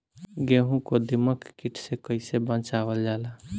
गेहूँ को दिमक किट से कइसे बचावल जाला?